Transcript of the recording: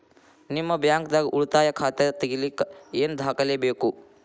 ನಿಮ್ಮ ಬ್ಯಾಂಕ್ ದಾಗ್ ಉಳಿತಾಯ ಖಾತಾ ತೆಗಿಲಿಕ್ಕೆ ಏನ್ ದಾಖಲೆ ಬೇಕು?